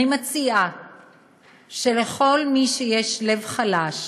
אני מציע לכל מי שיש לו לב חלש